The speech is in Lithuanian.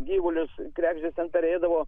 gyvulius kregždės ten perėdavo